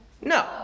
No